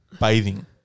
bathing